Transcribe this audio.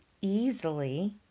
easily